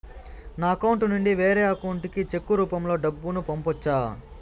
నా అకౌంట్ నుండి వేరే అకౌంట్ కి చెక్కు రూపం లో డబ్బును పంపొచ్చా?